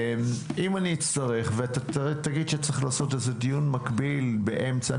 אם אני אצטרך ואתה תגיד שצריך לעשות דיון מקביל באמצע,